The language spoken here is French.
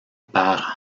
par